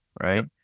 right